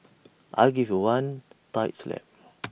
I'll give you one tight slap